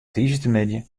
tiisdeitemiddei